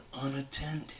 unattended